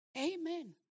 Amen